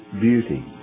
beauty